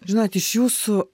žinot iš jūsų